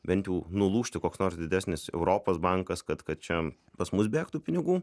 bent jau nulūžti koks nors didesnis europos bankas kad kad čia pas mus bėgtų pinigų